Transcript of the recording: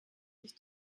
sich